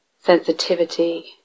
sensitivity